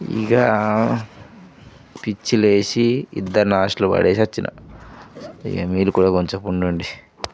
ఇంక పిచ్చి లేచి ఇద్దరిని హాస్టల్లో పడేసి వచ్చినా ఇంక మీరు కూడా కొద్దిసేపు ఉండండి